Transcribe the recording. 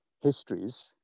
histories